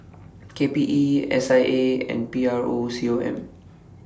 K P E S I A and P R O C O M